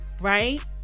Right